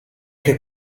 che